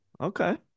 Okay